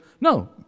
No